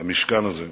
המשכן הזה.